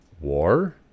war